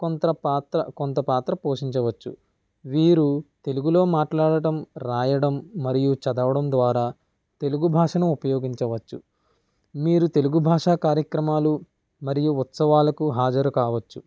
కొంత పాత్ర కొంత పాత్ర పోషించవచ్చు వీరు తెలుగులో మాట్లాడటం వ్రాయడం మరియు చదవడం ద్వారా తెలుగు భాషను ఉపయోగించవచ్చు మీరు తెలుగు భాషా కార్యక్రమాలు మరియు ఉత్సవాలకు హాజరు కావచ్చు